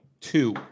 two